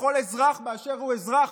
לכל אזרח באשר הוא אזרח,